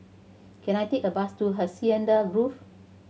can I take a bus to Hacienda Grove